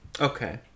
Okay